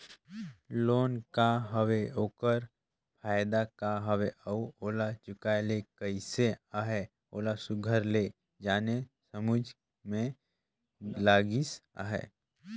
loan का हवे ओकर फएदा का हवे अउ ओला चुकाए ले कइसे अहे ओला सुग्घर ले जाने समुझे में लगिस अहे